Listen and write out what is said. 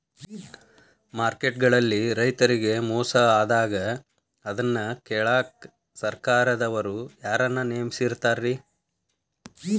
Market ಗಳಲ್ಲಿ ರೈತರಿಗೆ ಮೋಸ ಆದಾಗ ಅದನ್ನ ಕೇಳಾಕ್ ಸರಕಾರದವರು ಯಾರನ್ನಾ ನೇಮಿಸಿರ್ತಾರಿ?